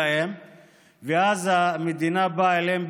אנחנו מפשילים שרוולים,